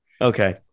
Okay